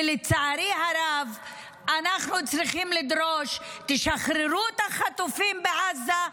ולצערי הרב אנחנו צריכים לדרוש: תשחררו את החטופים בעזה,